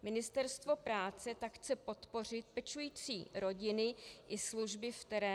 Ministerstvo práce tak chce podpořit pečující rodiny i služby v terénu.